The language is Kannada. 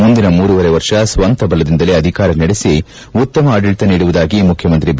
ಮುಂದಿನ ಮೂರೂವರೆ ವರ್ಷ ಸ್ನಂತ ಬಲದಿಂದಲೇ ಅಧಿಕಾರ ನಡೆಸಿಉತ್ತಮ ಆಡಳಿತ ನೀಡುವುದಾಗಿ ಮುಖ್ಯಮಂತ್ರಿ ಬಿ